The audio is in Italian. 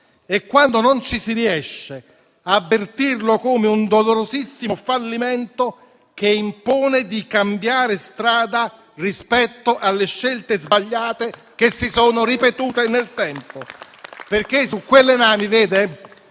e, quando non ci si riesce, avvertirlo come un dolorosissimo fallimento, che impone di cambiare strada rispetto alle scelte sbagliate che si sono ripetute nel tempo, perché